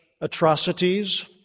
atrocities